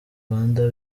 rwanda